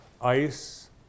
ice